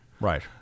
Right